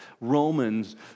Romans